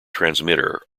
transmitter